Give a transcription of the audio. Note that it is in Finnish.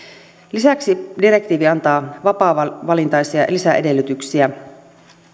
lisäksi direktiivi antaa vapaavalintaisia lisäedellytyksiä